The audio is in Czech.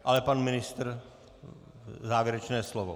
Ale pan ministr závěrečné slovo.